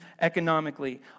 economically